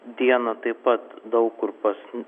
dieną taip pat daug kur pasn